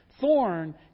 thorn